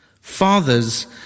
Fathers